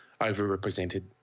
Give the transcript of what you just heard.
overrepresented